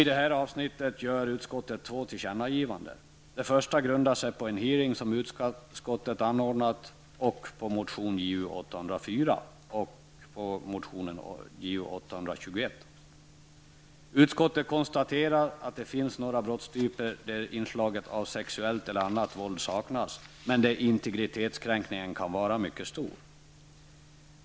I detta avsnitt gör utskottet två tillkännagivanden. Det första grundar sig på en hearing som utskottet anordnat samt på motionerna Ju804 och Ju821. Utskottet konstaterar att det finns några brottstyper där inslaget av sexuellt eller annat våld saknas men där integritetskränkningen kan var mycket stor.